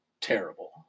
terrible